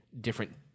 different